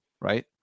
Right